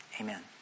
Amen